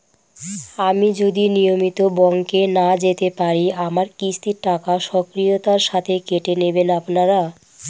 আমি যদি নিয়মিত ব্যংকে না যেতে পারি আমার কিস্তির টাকা স্বকীয়তার সাথে কেটে নেবেন আপনারা?